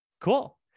Cool